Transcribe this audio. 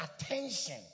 attention